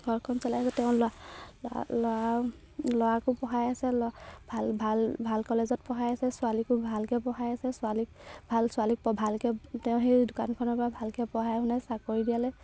ঘৰখন চলাই আছে তেওঁ ল'ৰা ল'ৰাকো পঢ়াই আছে ল'ৰা ভাল ভাল ভাল কলেজত পঢ়াই আছে ছোৱালীকো ভালকৈ পঢ়াই আছে ছোৱালীক ভাল ছোৱালীক ভালকৈ তেওঁ সেই দোকানখনৰপৰা ভালকৈ পঢ়াই শুনাই চাকৰি দিয়ালে